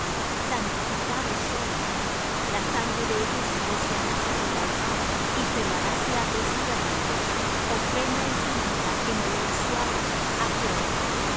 santificados son la sangre de ellos rociarás sobre el altar y quemarás la grosura de ellos ofrenda encendida en olor suave á jehová